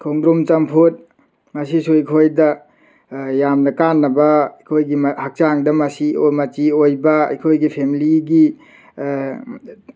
ꯈꯣꯡꯗ꯭ꯔꯨꯝ ꯆꯝꯐꯨꯠ ꯃꯁꯤꯁꯨ ꯑꯩꯈꯣꯏꯗ ꯌꯥꯝꯅ ꯀꯥꯟꯅꯕ ꯑꯩꯈꯣꯏꯒꯤ ꯍꯛꯆꯥꯡꯗ ꯃꯆꯤ ꯃꯆꯤ ꯑꯣꯏꯕ ꯑꯩꯈꯣꯏꯒꯤ ꯐꯦꯃꯂꯤꯒꯤ